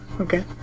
Okay